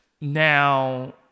Now